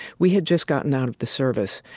we had just gotten out of the service.